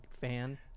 fan